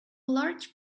large